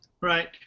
Right